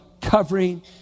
covering